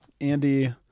Andy